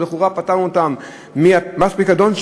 פטרנו אותן ממס פיקדון,